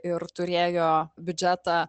ir turėjo biudžetą